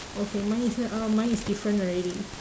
okay mine is no~ uh mine is different already